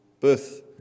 birth